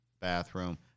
bathroom